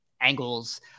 angles